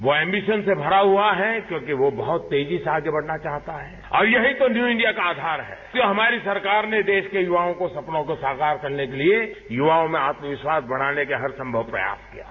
वो एंबीशन से भरा हुआ है क्योंकि वो बहुत तेजी से आगे बढ़ना चाहता है और यही तो न्यू इंडिया का आधार है जो हमारी सरकार ने देश को युवाओं के सपनों को साकार करने के लिए युवाओं में आत्म विश्वांच बढ़ाने का हर संभव प्रयास किया है